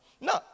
No